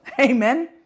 amen